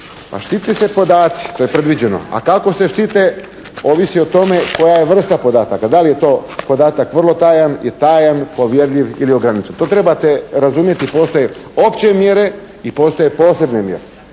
štite se podaci, to je predviđeno. A kako se štite ovisi o tome koja je vrsta podataka, da li je to podatak vrlo tajan, tajan, povjerljiv ili ograničen. To trebate razumjeti. Postoje opće mjere i postoje posebne mjere.